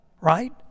right